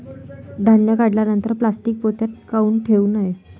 धान्य काढल्यानंतर प्लॅस्टीक पोत्यात काऊन ठेवू नये?